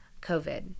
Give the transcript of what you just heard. COVID